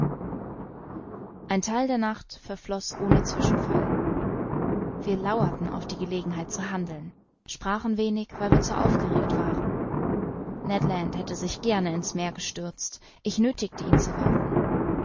ein theil der nacht verfloß ohne zwischenfall wir lauerten auf die gelegenheit zu handeln sprachen wenig weil wir zu aufgeregt waren ned land hätte sich gerne in's meer gestürzt ich nöthigte ihn zu warten